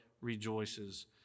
rejoices